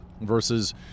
versus